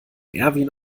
erwin